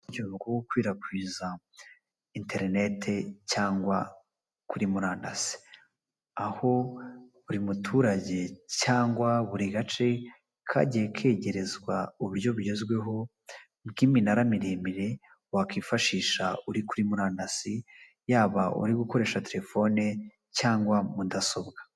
Uburyo bwo gukwirakwiza interineti cyangwa kuri murandasi, aho buri muturage cyangwa buri gace kagiye kegerezwa uburyo bugezweho bw'iminara miremire wakwifashisha uri kuri murandasi, yaba uri gukoresha telefone cyangwa mudasobwa.